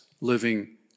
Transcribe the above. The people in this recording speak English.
living